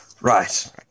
Right